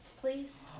please